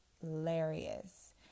hilarious